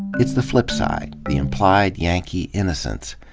it's the flipside, the imp lied yankee innocence.